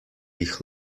jih